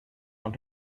want